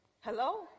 Hello